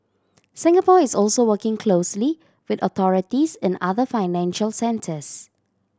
Singapore is also working closely with authorities in other financial centres